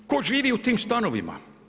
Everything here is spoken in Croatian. Tko živi u tim stanovima?